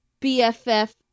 BFF